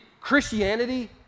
Christianity